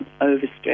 overstretched